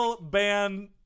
ban